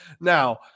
Now